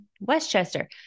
Westchester